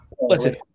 Listen